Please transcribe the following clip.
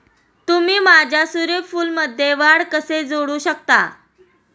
तुम्ही माझ्या सूर्यफूलमध्ये वाढ कसे जोडू शकता?